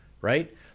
right